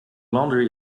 laundry